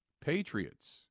Patriots